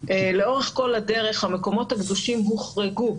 לאורך כל הדרך המקומות הקדושים הוחרגו.